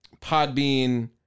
Podbean